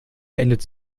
beendet